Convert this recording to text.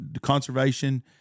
conservation